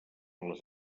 les